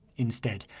instead,